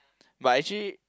but actually